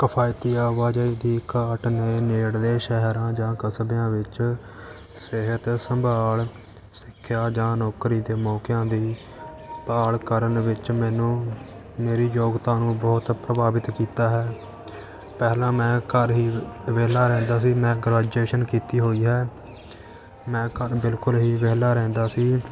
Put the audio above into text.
ਕਿਫਾਇਤੀ ਆਵਾਜਾਈ ਦੀ ਘਾਟ ਨੇ ਨੇੜਲੇ ਸ਼ਹਿਰਾਂ ਜਾਂ ਕਸਬਿਆਂ ਵਿੱਚ ਸਿਹਤ ਸੰਭਾਲ ਸਿੱਖਿਆ ਜਾਂ ਨੌਕਰੀ ਦੇ ਮੌਕਿਆਂ ਦੀ ਭਾਲ ਕਰਨ ਵਿੱਚ ਮੈਨੂੰ ਮੇਰੀ ਯੋਗਤਾ ਨੂੰ ਬਹੁਤ ਪ੍ਰਭਾਵਿਤ ਕੀਤਾ ਹੈ ਪਹਿਲਾਂ ਮੈਂ ਘਰ ਹੀ ਵਿਹਲਾ ਰਹਿੰਦਾ ਸੀ ਮੈਂ ਗ੍ਰੈਜੂਏਸ਼ਨ ਕੀਤੀ ਹੋਈ ਹੈ ਮੈਂ ਘਰ ਬਿਲਕੁਲ ਹੀ ਵਿਹਲਾ ਰਹਿੰਦਾ ਸੀ